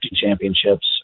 championships